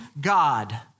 God